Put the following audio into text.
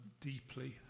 deeply